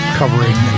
covering